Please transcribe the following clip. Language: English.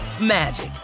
magic